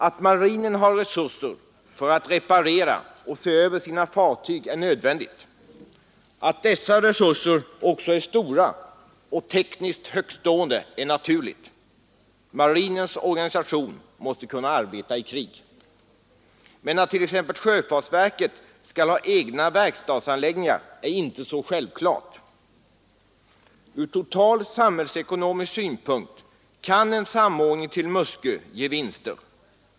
Att marinen har resurser för att reparera och se över sina fartyg är nödvändigt. Att dessa resurser också är stora och tekniskt högtstående är naturligt. Marinens organisation måste kunna arbeta i krig. Men att t.ex. sjöfartsverket skall ha egna verkstadsanläggningar är inte så självklart. Från total samhällsekonomisk synpunkt kan en samordning till Muskö ge vinster.